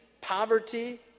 poverty